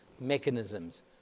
mechanisms